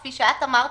כפי שאת אמרת,